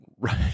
Right